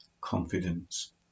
confidence